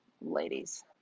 ladies